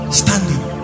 standing